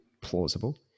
plausible